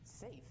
safe